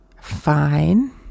fine